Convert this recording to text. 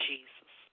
Jesus